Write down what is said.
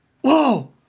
Whoa